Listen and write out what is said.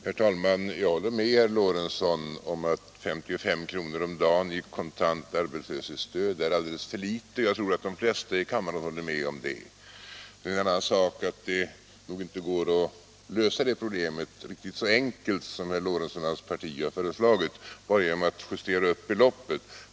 Herr talman! Jag håller med herr Lorentzon i Kramfors om att 55 kr. om dagen i kontant arbetsmarknadsstöd är alldeles för litet, och jag tror att de flesta i kammaren håller med om det. En annan sak är att det nog inte går att lösa problemet så enkelt som bara genom att justera upp beloppet, som herr Lorentzon och hans parti har föreslagit.